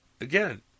Again